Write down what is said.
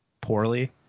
poorly